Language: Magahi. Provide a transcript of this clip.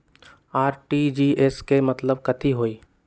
आर.टी.जी.एस के मतलब कथी होइ?